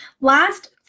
last